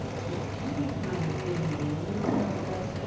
so anytime you're feeling a little nervous,